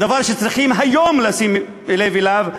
הדבר שצריכים היום לשים לב אליו,